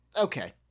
okay